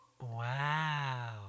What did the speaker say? Wow